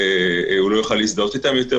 הוא לא יוכל להזדהות אתן יותר,